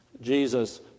Jesus